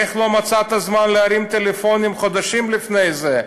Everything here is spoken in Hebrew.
איך לא מצאת זמן להרים טלפונים חודשים לפני זה,